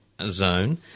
zone